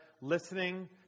listening